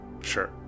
Sure